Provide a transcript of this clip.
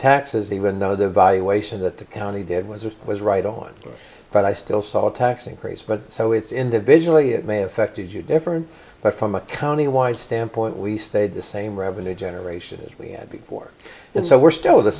taxes even though the valuation that the county did was of was right on but i still saw a tax increase but so it's individually it may have affected you different but from a county wide standpoint we stayed the same revenue generation as we had before and so we're still the